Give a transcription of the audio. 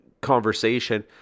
conversation